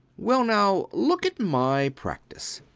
well now, look at my practice.